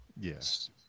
Yes